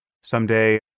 someday